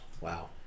Wow